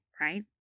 right